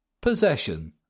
Possession